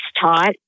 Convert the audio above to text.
taught